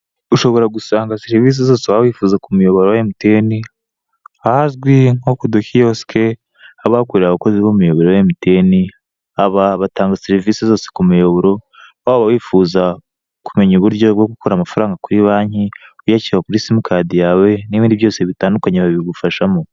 Ushobora gusanga serivise zose waba wifuza ku muyoboro wa MTN, ahazwi nko ku dukiyosike, haba hakorera abakozi bo ku miyoboro ya MTN, aba batanga serivise zose ku miyoboro, waba wifuza kumenya uburyo bwo gukura amafaranga kuri banki uyashyira kuri simukadi yawe, n'ibindi byose bitandukanye babigufashamo.